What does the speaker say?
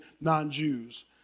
non-Jews